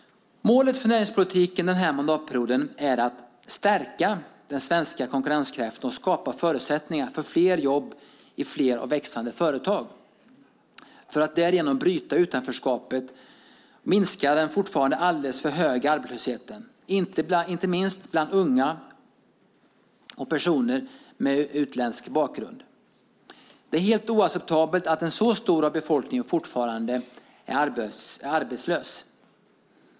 Målet för näringspolitiken denna mandatperiod är att stärka den svenska konkurrenskraften och skapa förutsättningar för fler jobb i fler och växande företag för att därigenom bryta utanförskapet och minska den fortfarande alldeles för höga arbetslösheten, inte minst bland unga och personer med utländsk bakgrund. Det är helt oacceptabelt att en så stor del av befolkningen fortfarande är arbetslös.